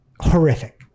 horrific